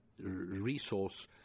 resource